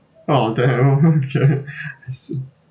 oh to help oh okay I see